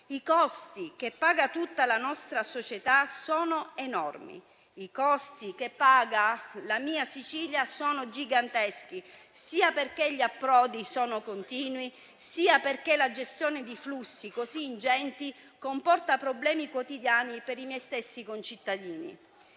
I costi che paga tutta la nostra società sono enormi. I costi che paga la mia Sicilia sono giganteschi, sia perché gli approdi sono continui sia perché la gestione di flussi così ingenti comporta problemi quotidiani per i miei stessi concittadini.